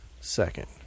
second